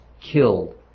killed